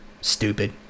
Stupid